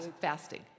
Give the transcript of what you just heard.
Fasting